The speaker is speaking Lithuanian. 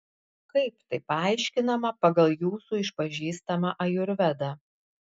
kaip tai paaiškinama pagal jūsų išpažįstamą ajurvedą